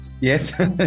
Yes